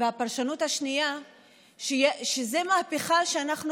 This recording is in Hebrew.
והפרשנות והאחרת היא שזו מהפכה שאנחנו